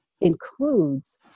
includes